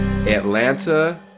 Atlanta